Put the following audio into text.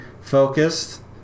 focused